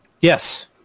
Yes